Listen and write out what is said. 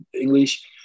English